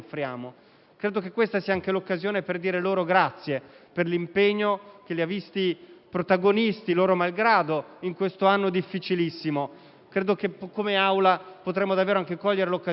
Credo che questa sia anche l'occasione per dire loro grazie per l'impegno che li ha visti protagonisti loro malgrado in questo anno difficilissimo. Credo che come Assemblea potremmo davvero cogliere l'occasione